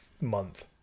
month